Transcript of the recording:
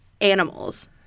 animals